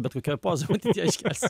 bet kokioj pozoj matyt ją iškelsi